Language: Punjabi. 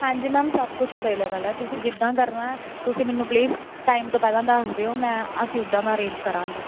ਹਾਂਜੀ ਮੈਮ ਸਭ ਕੁਛ ਅਵੇਲੇਬਲ ਹੈ ਤੁਸੀਂ ਜਿੱਦਾਂ ਕਰਨਾ ਤੁਸੀਂ ਮੈਨੂੰ ਪਲੀਸ ਟਾਈਮ ਤੋਂ ਪਹਿਲਾਂ ਦੱਸ ਦਿਓ ਮੈਂ ਅਸੀਂ ਉੱਦਾਂ ਦਾ ਅਰੇਂਜ ਕਰਾਂਗੇ